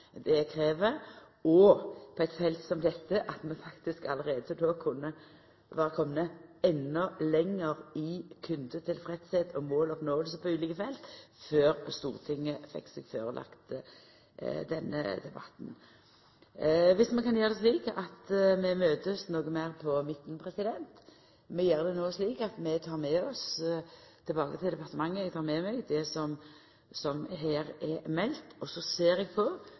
det krev på eit felt som dette, og at vi faktisk allereie var komne endå lenger i kundetilfredsheit og måloppnåing på ulike felt, før Stortinget fekk denne debatten. Viss vi kan gjera det slik at vi møtest noko meir på midten, og eg no tek med meg tilbake til departementet det som her er meldt, skal eg sjå på korleis vi kan supplera dei opplysningane som allereie er gjevne til Stortinget i ulike dokument, og på